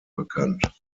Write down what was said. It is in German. bekannt